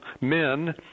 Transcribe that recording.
men